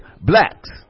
blacks